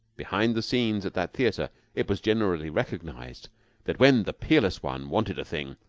behind the scenes at that theater, it was generally recognized that when the peerless one wanted a thing,